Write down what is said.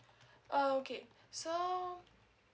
uh okay so